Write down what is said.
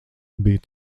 biju